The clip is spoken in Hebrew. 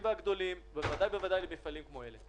והגדולים ובוודאי-ובוודאי למפעלים כמו אלה.